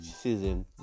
season